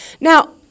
Now